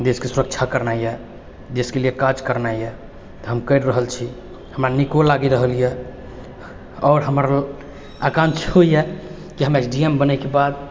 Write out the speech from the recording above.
देशके सुरक्षा करना यऽ देशके लिए काज करनाय यऽ तऽ हम करि रहल छी हमरा नीको लागि रहल यऽ आओर हमर आकांक्षा होइए की हम एस डी एम बनैके बाद